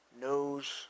knows